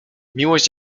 miłość